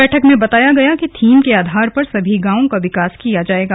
बैठक में बताया गया कि थीम के आधार पर सभी गांवों का विकास किया जाएगा